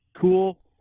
cool